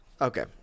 Okay